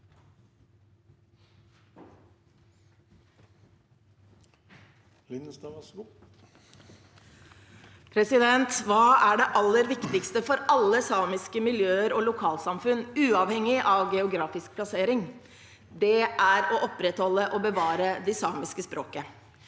Hva er det aller viktigste for alle samiske miljøer og lokalsamfunn, uavhengig av geografisk plassering? Det er å opprettholde og bevare de samiske språkene.